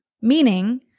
meaning